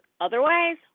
Otherwise